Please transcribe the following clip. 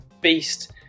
beast